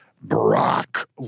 Brock